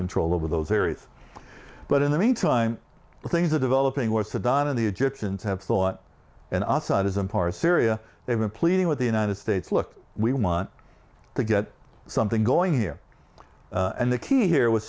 control over those areas but in the meantime things are developing where saddam in the egyptians have thought an outside is a part of syria they've been pleading with the united states look we want to get something going here and the key here w